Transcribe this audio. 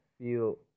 feel